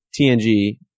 tng